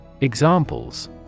Examples